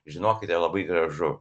žinokite labai gražu